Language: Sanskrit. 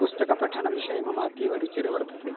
पुस्तकपठनविषये मम अतीव रुचिर्वर्तते